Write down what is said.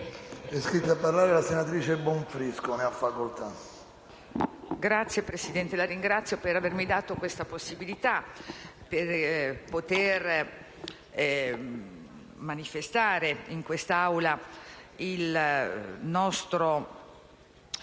Signor Presidente, la ringrazio per avermi dato la possibilità di poter manifestare in quest'Aula il nostro